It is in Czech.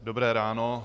Dobré ráno.